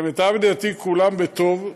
למיטב ידיעתי כולם בטוב.